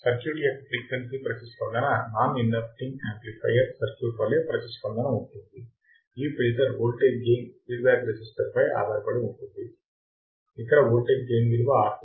circuit యొక్క frequency ప్రతిస్పందన non inverting amplifier circuit వలె ప్రతిస్పందన ఉంటుంది ఈ filter voltage gain feedback resistor పై ఆధారపడి ఉంటుంది ఇక్కడ వోల్టేజ్ గెయిన్ విలువ R2 R1